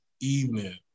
evening